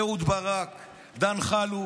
אהוד ברק, דן חלוץ,